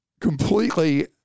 completely